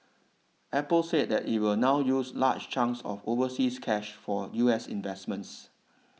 Apple said it will now use a large chunk of the overseas cash for U S investments